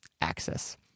access